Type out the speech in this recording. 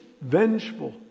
vengeful